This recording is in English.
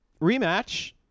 Rematch